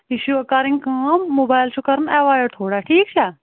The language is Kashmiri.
یہِ چھُ کَرنۍ کٲم موبایِل چھُ کرُن ایٚوایِڈ تھوڑا ٹھیٖک چھا